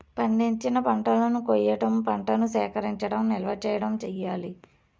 పండించిన పంటలను కొయ్యడం, పంటను సేకరించడం, నిల్వ చేయడం చెయ్యాలి